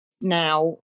now